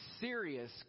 serious